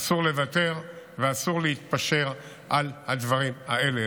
אסור לוותר ואסור להתפשר על הדברים האלה.